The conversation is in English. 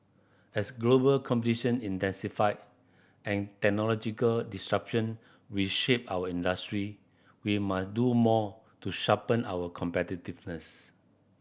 as global competition intensify and technological disruption reshape our industry we must do more to sharpen our competitiveness